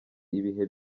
ibihe